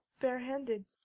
barehanded